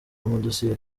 amadosiye